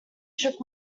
shook